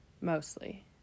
mostly